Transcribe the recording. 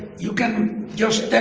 you can just